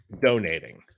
donating